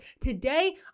Today